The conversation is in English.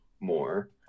more